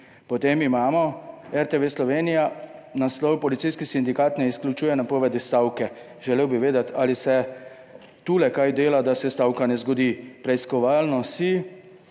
Potem imamo RTV Slovenija, naslov Policijski sindikat ne izključuje napovedi stavke. Želel bi vedeti, ali delate kaj za to, da se stavka policistov ne bi